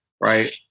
right